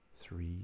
three